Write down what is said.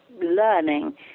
learning